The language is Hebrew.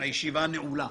הישיבה נעולה.